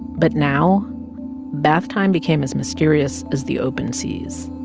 but now bath time became as mysterious as the open seas.